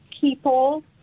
people